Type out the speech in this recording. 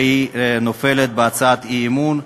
והיא נופלת בהצעת אי-אמון.